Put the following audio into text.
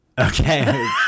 Okay